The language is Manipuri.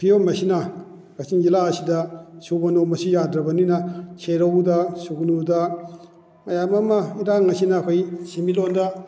ꯐꯤꯕꯝ ꯑꯁꯤꯅ ꯀꯛꯆꯤꯡ ꯖꯤꯂꯥ ꯑꯁꯤꯗ ꯁꯨꯕ ꯅꯣꯝꯕꯁꯤ ꯌꯥꯗ꯭ꯔꯕꯅꯤꯅ ꯁꯦꯔꯧꯗ ꯁꯨꯒꯨꯅꯨꯗ ꯃꯌꯥꯝ ꯑꯃ ꯏꯔꯥꯡ ꯑꯁꯤꯅ ꯑꯩꯈꯣꯏ ꯁꯤꯟꯃꯤꯠꯂꯣꯟꯗ